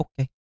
Okay